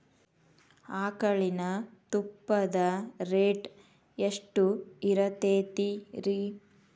ಆಕಳಿನ ತುಪ್ಪದ ರೇಟ್ ಎಷ್ಟು ಇರತೇತಿ ರಿ?